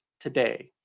today